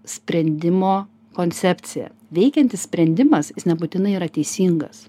sprendimo koncepciją veikiantis sprendimas jis nebūtinai yra teisingas